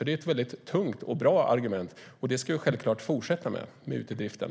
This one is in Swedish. Det är ett väldigt tungt och bra argument. Vi ska självklart fortsätta med utedriften.